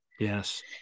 Yes